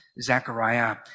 Zechariah